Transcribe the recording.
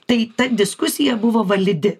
tai ta diskusija buvo validi